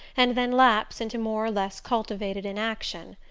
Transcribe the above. and then lapse into more or less cultivated inaction.